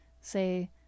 say